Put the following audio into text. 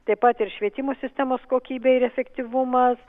taip pat ir švietimo sistemos kokybė ir efektyvumas